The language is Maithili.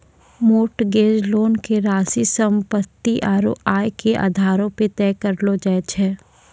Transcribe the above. मोर्टगेज लोन के राशि सम्पत्ति आरू आय के आधारो पे तय करलो जाय छै